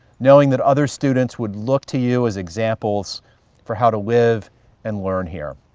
knowing that other students would look to you as examples for how to live and learn here.